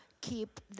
keep